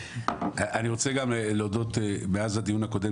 אני רוצה גם להודות מאז הדיון הקודם